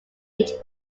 each